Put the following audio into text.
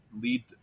lead